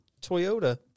Toyota